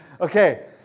Okay